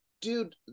Dude